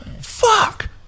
fuck